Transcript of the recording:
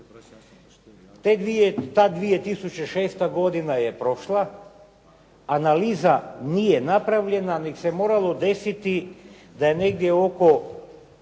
Ta 2006. godina je prošla, analiza nije napravljena nego se moralo desiti da je negdje u